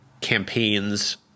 campaigns